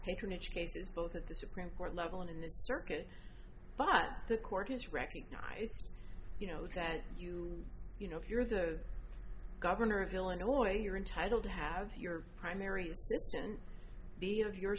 patronage cases both at the supreme court level and in the circuit but the court has recognized you know that you you know if you're the governor of illinois you're entitled to have your primary and be of your